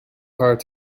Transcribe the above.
heart